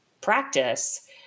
practice